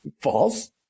False